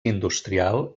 industrial